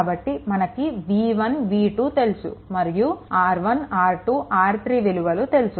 కాబట్టి మనకు v1 v2 తెలుసు మరియు R 1 R 2 R3 విలువలు తెలుసు